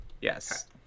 Yes